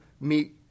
meet